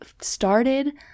started